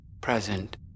present